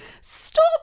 Stop